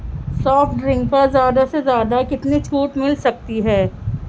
soft drink پر زیادہ سے زیادہ کتنی چھوٹ مل سکتی ہے